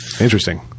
Interesting